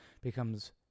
becomes